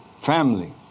family